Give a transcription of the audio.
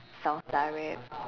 salsa wrap